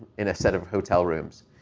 in a set of hotel rooms.